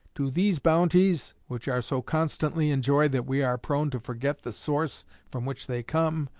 to these bounties, which are so constantly enjoyed that we are prone to forget the source from which they come,